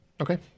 Okay